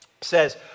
says